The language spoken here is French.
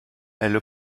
elle